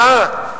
מה?